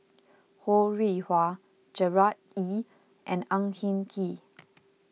Ho Rih Hwa Gerard Ee and Ang Hin Kee